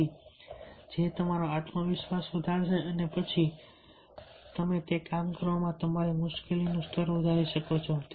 જેથી તે તમારો આત્મવિશ્વાસ વધારશે અને પછી તમે કામ કરવામાં તમારી મુશ્કેલીનું સ્તર વધારી શકો છો